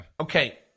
Okay